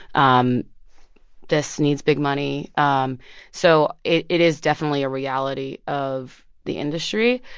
um this needs big money. um so it it is definitely a reality of the industry.